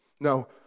Now